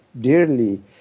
dearly